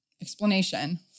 explanation